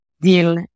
deal